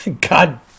God